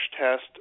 test